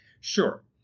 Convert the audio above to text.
Sure